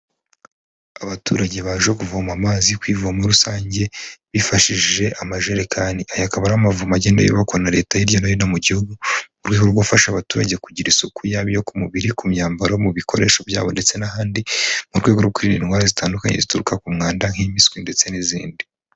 Abaturage baje kuvoma amazi ku ivomo rusange, bifashishije amajerekani, aya akaba ari amavomoro agenda yubakwa na Leta hirya no hino mu gihugu, aho ari gufasha abaturage kugira isuku, yaba ku mubiri, ku myambaro, mu bikoresho byabo, ndetse n'ahandi mu rwego rwo kwirinda indwara zitandukanye zituruka ku mwanda nk'impiswi ndetse n'izindi.